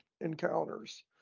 encounters